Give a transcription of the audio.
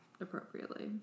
appropriately